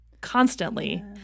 constantly